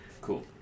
Cool